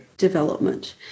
development